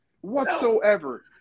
whatsoever